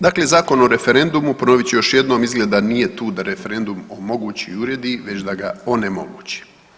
Dakle, Zakon o referendumu ponovit ću još jednom izgleda nije tu da referendum omogući i uredi već da ga onemogući.